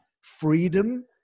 freedom